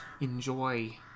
enjoy